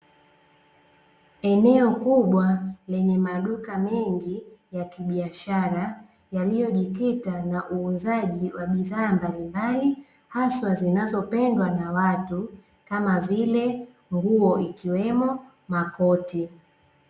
Eneo kubwa lenye maduka mengi ya kibiashara, yaliyojikita na uuzaji wa bidhaa mbalimbali, haswa zinazopendwa na watu, kama vile nguo ikiwemo makoti.